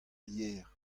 yer